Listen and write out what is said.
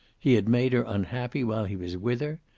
he had made her unhappy while he was with her,